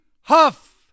Huff